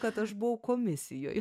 kad aš buvau komisijoj